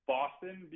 Boston